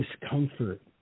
discomfort